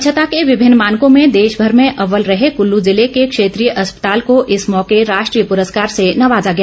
स्वच्छता के विभिन्न मानकों में देश भर में अव्वल रहे कुल्लू जिले के क्षेत्रीय अस्पताल को इस मौके राष्ट्रीय पुरस्कार से नवाजा गया